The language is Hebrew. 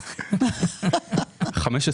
15 שנה.